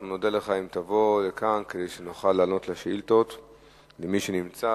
אנחנו נודה לך אם תבוא לכאן כדי שתוכל לענות על שאילתות למי שנמצא,